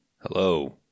Hello